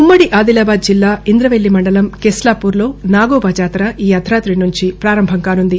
ఉమ్మడి ఆదిలాబాద్ జిల్లా ఇందవెల్లి మండలం కెస్లాపూర్లో నాగోబా జాతర అర్దరాతి నుంచి పారంభంకానుంది